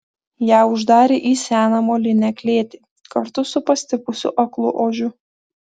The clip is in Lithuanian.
ją uždarė į seną molinę klėtį kartu su pastipusiu aklu ožiu